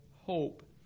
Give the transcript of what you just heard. hope